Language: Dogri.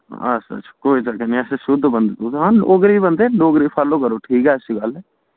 अच्छ अच्छा कोई गल्ल नेईं अस शुद्ध बंदे हां डोगरे बंदे डोगरे गी फालो करो ठीक ऐ ऐसी गल्ल ऐ